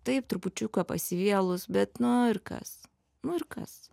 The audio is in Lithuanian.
taip trupučiuką pasivėlus bet nu ir kas nu ir kas